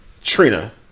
Trina